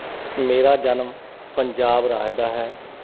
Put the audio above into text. ਮੇਰਾ ਜਨਮ ਪੰਜਾਬ ਰਾਜ ਦਾ ਹੈ